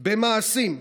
במעשים: